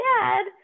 Dad